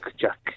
Jack